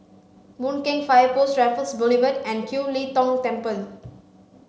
Boon Keng Fire Post Raffles Boulevard and Kiew Lee Tong Temple